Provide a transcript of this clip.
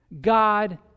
God